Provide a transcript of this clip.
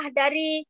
dari